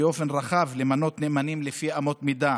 באופן רחב למנות נאמנים לפי אמות מידה